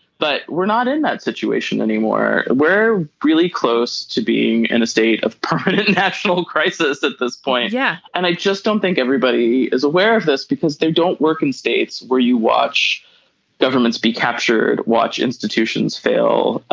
but we're not in that situation anymore. we're really close to being in a state of international crisis at this point. yeah. and i just don't think everybody is aware of this because they don't work in states where you watch governments be captured. watch institutions fail.